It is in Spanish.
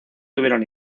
tuvieron